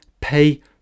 pay